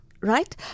right